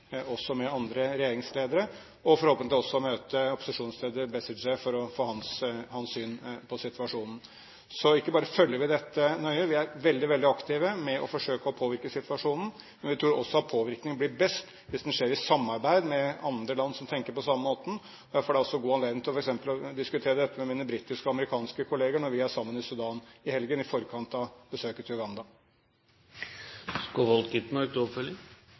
også med andre regjeringsledere, og forhåpentligvis også møte opposisjonsleder Besigye for å få hans syn på situasjonen. Så ikke bare følger vi dette nøye, vi er veldig, veldig aktive med å forsøke å påvirke situasjonen. Men vi tror også at påvirkning blir best hvis den skjer i samarbeid med andre land som tenker på samme måten. Jeg får da også god anledning til f.eks. å diskutere dette med mine britiske og amerikanske kolleger når vi er sammen i Sudan i helgen, i forkant av besøket til Uganda. Vi har gitt om lag 5 mrd. norske kroner til